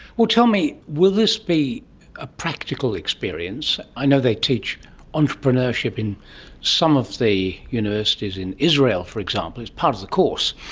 tell me, will this be a practical experience? i know they teach entrepreneurship in some of the universities in israel for example, it's part of the course.